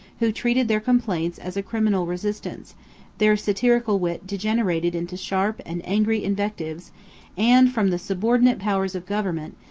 who treated their complaints as a criminal resistance their satirical wit degenerated into sharp and angry invectives and, from the subordinate powers of government,